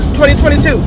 2022